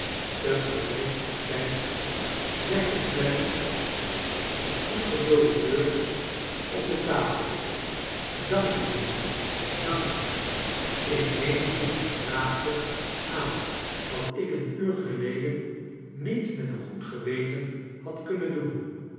tegelijkertijd legde clennam een goedgevulde bears op de tafel dank u mijnheer dank a ik neem na met graagte aaa wat ik eea uur geledea aiet met eea goed geweten had kunnen doea